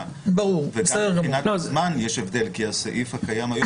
--- וגם מבחינת זמן יש הבדל כי הסעיף הקיים היום,